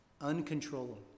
Uncontrollable